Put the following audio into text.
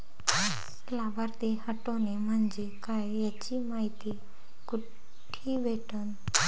लाभार्थी हटोने म्हंजे काय याची मायती कुठी भेटन?